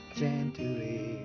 gently